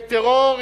בטרור,